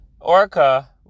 Orca